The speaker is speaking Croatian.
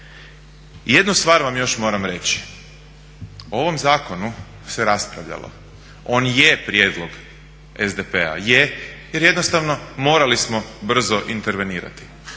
Jednu stvar vam još moram reći, o ovom zakonu se raspravljalo. On je prijedlog SDP-a, je, jer jednostavno morali smo brzo intervenirati.